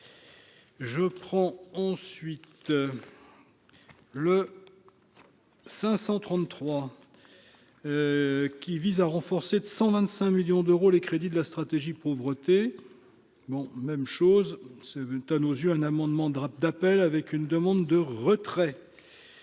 Je prends ensuite le 533. Qui vise à renforcer de 125 millions d'euros, les crédits de la stratégie pauvreté bon même chose se aux yeux un amendement drape d'appel avec une demande de retrait.